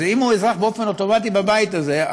אם הוא אזרח באופן אוטומטי בבית הזה,